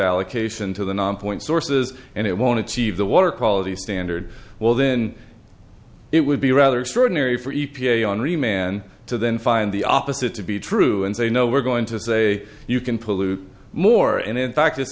allocation to the non point sources and it won't achieve the water quality standard well then it would be rather extraordinary for e p a henri man to then find the opposite to be true and say no we're going to say you can pollute more and in fact it's